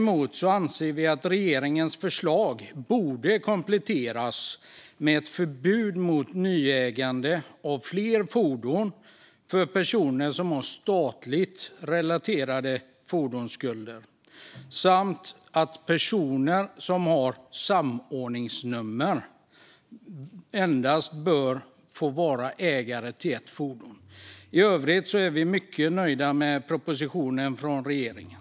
Men vi anser att regeringens förslag borde kompletteras med ett förbud mot nyägande av fler fordon för personer som har statligt relaterade fordonsskulder samt att personer som har samordningsnummer endast bör få vara ägare till ett fordon. I övrigt är vi mycket nöjda med propositionen från regeringen.